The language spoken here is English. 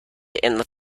and